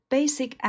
Basic